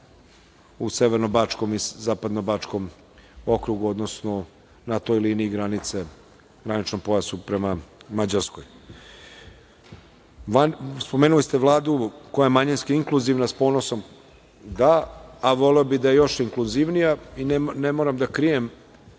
u Severno-bačkom i Zapadno-bačkom okrugu, odnosno na toj liniji granice, u graničnom pojasu prema Mađarskoj. Spomenuli ste Vladu koja je manjinski inkluzivna s ponosom, da, a voleo bih da je još inkluzivnija. Ne moram da krijem,